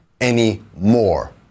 anymore